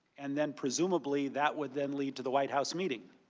and then, presumably, that would then lead to the white house meeting.